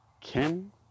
Kim